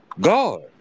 God